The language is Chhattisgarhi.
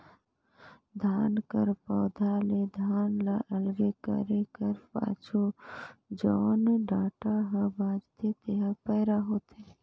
धान कर पउधा ले धान ल अलगे करे कर पाछू जउन डंठा हा बांचथे तेहर पैरा होथे